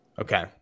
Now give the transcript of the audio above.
Okay